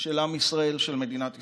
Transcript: של עם ישראל, של מדינת ישראל.